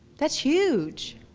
that's huge.